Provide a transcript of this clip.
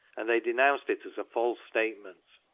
and they denounced it as a false statement,